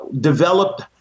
developed